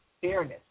fairness